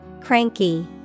Cranky